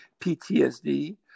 PTSD